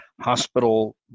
hospital